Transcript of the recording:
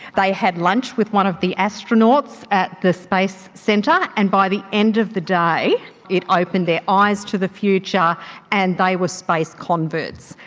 they had lunch with one of the astronauts at the space centre and by the end of the day it opened their eyes to the future and they were space converts.